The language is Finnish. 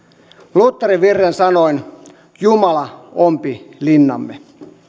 lutherin virren sanoin jumala ompi linnamme